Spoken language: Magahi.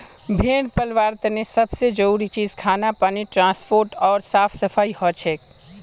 भेड़ पलवार तने सब से जरूरी चीज खाना पानी ट्रांसपोर्ट ओर साफ सफाई हछेक